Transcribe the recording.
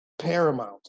paramount